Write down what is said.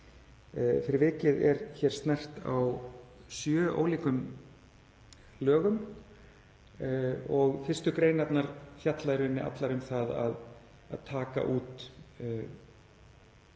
Fyrir vikið er snert á sjö ólíkum lögum og fyrstu greinarnar fjalla í rauninni allar um það að taka út